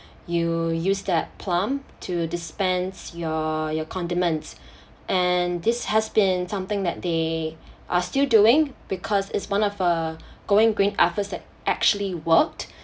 you use that plumb to dispense your your condiments and this has been something that they are still doing because it's one of a going green efforts that actually worked